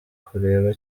kureba